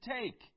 take